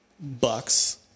bucks